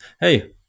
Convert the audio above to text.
hey